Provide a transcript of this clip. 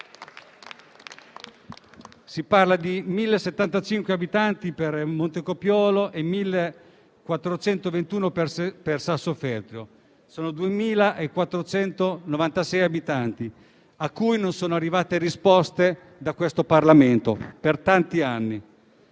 parlando di 1.075 abitanti di Montecopiolo e 1.421 di Sassofeltrio: sono 2.496 cittadini a cui non sono arrivate risposte da questo Parlamento per tanti anni.